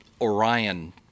Orion